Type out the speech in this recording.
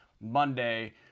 Monday